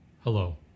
Hello